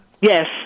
Yes